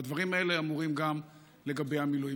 והדברים האלה אמורים גם לגבי המילואים.